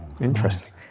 interesting